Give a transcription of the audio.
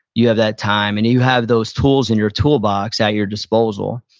you have that time and you have those tools in your toolbox at your disposal.